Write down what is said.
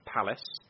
Palace